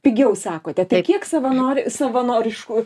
pigiau sakote tai kiek savanori savanorišku